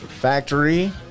factory